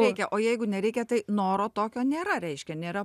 reikia o jeigu nereikia tai noro tokio nėra reiškia nėra